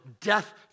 death